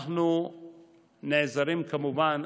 אנחנו נעזרים, כמובן.